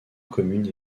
commune